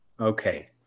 Okay